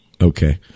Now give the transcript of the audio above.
Okay